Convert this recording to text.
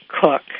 Cook